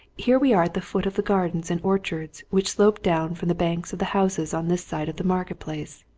here we are at the foot of the gardens and orchards which slope down from the backs of the houses on this side of the market-place.